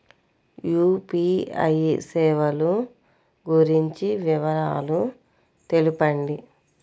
UPI సేవలు గురించి వివరాలు తెలుపండి?